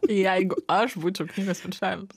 jeigu aš būčiau knygos viršelis